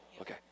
Okay